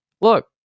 Look